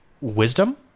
wisdom